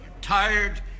tired